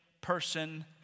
person